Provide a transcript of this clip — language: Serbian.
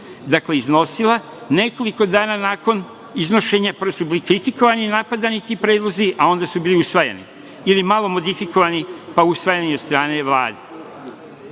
dakle iznosila nekoliko dana nakon iznošenja, prvo su bili kritikovani i napadani ti predlozi, a onda su bili usvajani ili malo mofifikovani, pa usvajani od strane